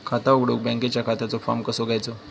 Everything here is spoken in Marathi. खाता उघडुक बँकेच्या खात्याचो फार्म कसो घ्यायचो?